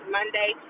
Monday